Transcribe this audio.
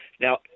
Now